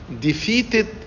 defeated